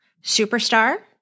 Superstar